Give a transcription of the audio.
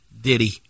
Diddy